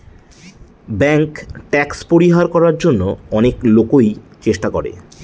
bank tax পরিহার করার জন্য অনেক লোকই চেষ্টা করে